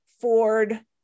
Ford